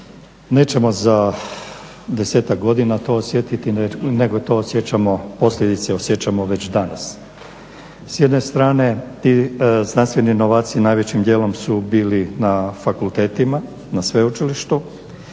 nećemo za desetak godina to osjetiti nego to osjećamo, posljedice osjećamo već danas. S jedne strane ti znanstveni novaci najvećim dijelom su bili na fakultetima, na sveučilištu